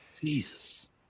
Jesus